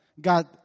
God